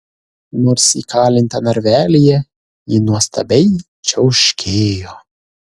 nors įkalinta narvelyje ji nuostabiai čiauškėjo